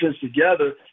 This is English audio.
together